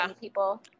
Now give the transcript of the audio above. people